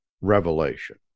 revelation